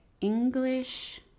English